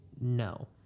no